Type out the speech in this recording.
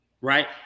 right